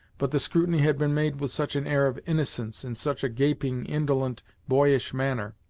but the scrutiny had been made with such an air of innocence, in such a gaping, indolent, boyish manner,